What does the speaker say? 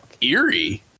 eerie